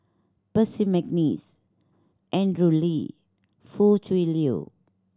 Percy McNeice Andrew Lee Foo Tui Liew